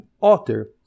author